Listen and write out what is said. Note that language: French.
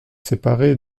séparé